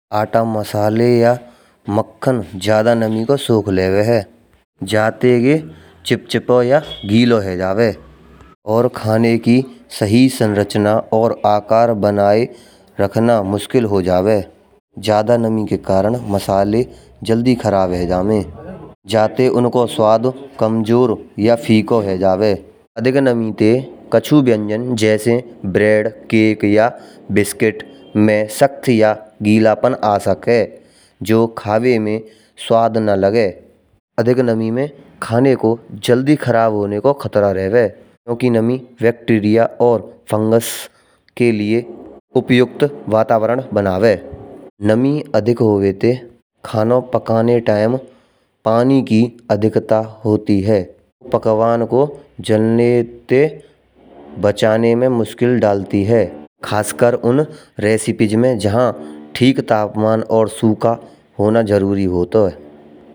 आटा, मसाले या मक्खन ज्यादा नमी को सोख लेवे है। जाते ये चिपचिपा या गीला हो जावे। और खाने की सही संरचना और आकार बनाए रखना मुश्किल हो जावे। ज्यादा नमी के कारण मसाले जल्दी खराब है जावे। जाते उनको स्वाद कमजोर या फीको है जावे। अधिक नमी से कछु व्यंजन जैसे ब्रेड केक या बिस्कुट में शक्ति या गीलापन आ सके। जो खावे में स्वाद ना लगे। अधिक नमी में खाने को जल्दी खराब होने को खतरा रहवे है। ओउ की नमी बैक्टीरिया और फंगस के लिए उपयुक्त वातावरण बनावे। नमी अधिक होने पर खाना पकाने टाइम पानी की अधिकता होती है। पकवान को जलने से बचाने में मुश्किल डालती है। खासकर उन रेसिपीज में जहां ठीक तापमान और सूखा होना जरूरी होतो है।